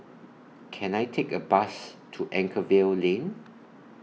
Can I Take A Bus to Anchorvale Lane